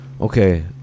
okay